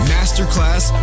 Masterclass